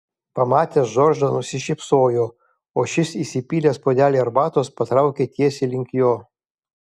pamatęs džordžą nusišypsojo o šis įsipylęs puodelį arbatos patraukė tiesiai link jo